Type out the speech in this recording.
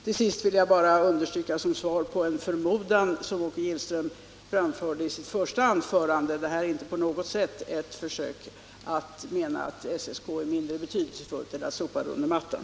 Till sist vill jag bara som svar på en förmodan som Åke Gillström framförde isitt första anförande understryka att detta inte på något sätt är ett försök att ge sken av att SSK-utredningen är mindre betydelsefull eller att sopa den under mattan.